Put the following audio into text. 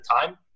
time